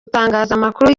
itangazamakuru